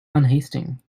unhasting